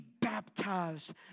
baptized